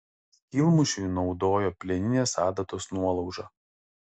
skylmušiui naudojo plieninės adatos nuolaužą